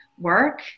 work